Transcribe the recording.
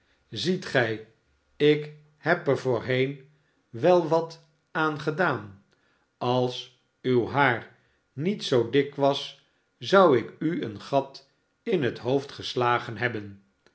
ziet gij ik heb er voorheen wel wat aan gedaan als uw haar niet zoo dik was zou ik u een gat in het hoofd geslagen hebben